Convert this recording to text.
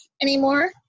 anymore